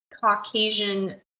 Caucasian